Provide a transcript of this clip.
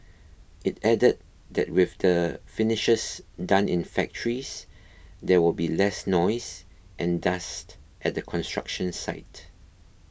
it added that with the finishes done in factories there will be less noise and dust at the construction site